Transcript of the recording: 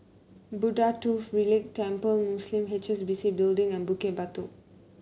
Buddha Tooth Relic Temple Museum H S B C Building and Bukit Batok